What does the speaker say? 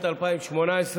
התשע"ח 2018,